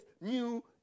new